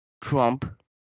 trump